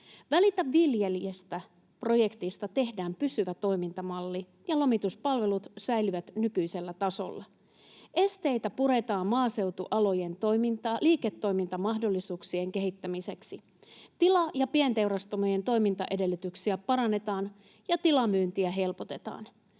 Välitä viljelijästä ‑projektista tehdään pysyvä toimintamalli, ja lomituspalvelut säilyvät nykyisellä tasolla. Esteitä puretaan maaseutualojen liiketoimintamahdollisuuksien kehittämiseksi. Tila- ja pienteurastamojen toimintaedellytyksiä parannetaan ja tilamyyntiä helpotetaan.